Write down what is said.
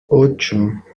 ocho